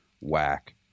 whack